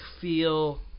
feel